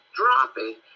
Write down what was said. dropping